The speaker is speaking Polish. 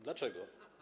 Dlaczego?